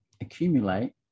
accumulate